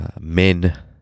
men